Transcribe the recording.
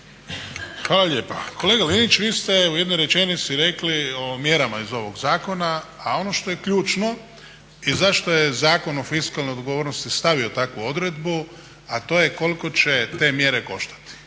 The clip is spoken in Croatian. Hvala lijepa. Kolega Linić vi ste u jednoj rečenici rekli o mjerama iz ovog zakona, a ono što je ključno i zašto je Zakon o fiskalnoj odgovornosti stavio takvu odredbu, a to je koliko će te mjere koštati.